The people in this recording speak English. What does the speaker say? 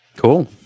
Cool